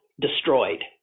destroyed